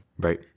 Right